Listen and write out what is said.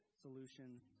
solutions